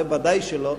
זה ודאי שלא,